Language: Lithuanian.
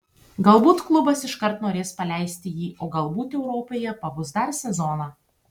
galbūt klubas iškart norės paleisti jį o galbūt europoje pabus dar sezoną